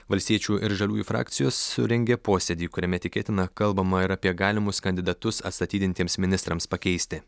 valstiečių ir žaliųjų frakcijos surengė posėdį kuriame tikėtina kalbama ir apie galimus kandidatus atstatydintiems ministrams pakeisti